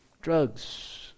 drugs